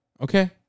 Okay